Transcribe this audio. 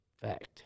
Fact